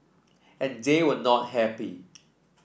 and they were not happy